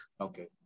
Okay